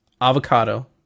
Avocado